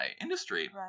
industry